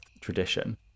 tradition